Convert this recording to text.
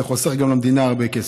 זה גם חוסך למדינה הרבה כסף.